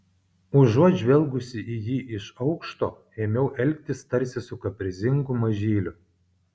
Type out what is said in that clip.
užuot žvelgusi į jį iš aukšto ėmiau elgtis tarsi su kaprizingu mažyliu